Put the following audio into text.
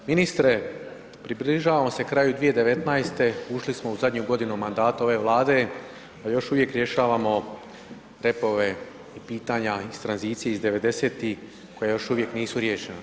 Ministre, približavamo se kraju 2019., ušli smo u zadnju godinu mandata ove Vlade a još uvijek rješavamo repove i pitanja iz tranzicije, iz 90-ih koja još uvijek nisu riješena.